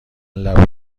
لبو